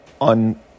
on